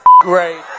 great